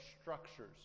structures